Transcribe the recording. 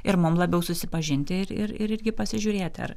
ir mum labiau susipažinti ir irgi pasižiūrėti ar